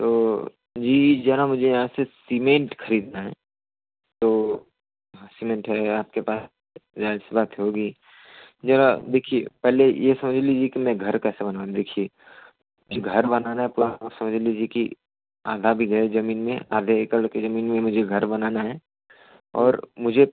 तो जी जरा मुझे यहां से सिमेन्ट खरीदना है तो हाँ सिमेन्ट है आपके पास जाहिर सी बात होगी जरा देखिए पहले ये समझ लीजिए कि मै घर का सामान वान देखिए मुझे घर बनवाना है प्लस समझ लीजिए कि आधा बीघा जमीन में आधे एकड़ के जमीन में मुझे घर बनाना हैं और मुझे